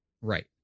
right